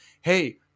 Hey